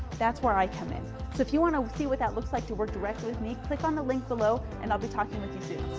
that's where i come in. so if you want to see what that looks like to work directly with me, click on the link below and i'll be talking with you soon.